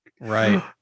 Right